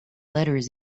letters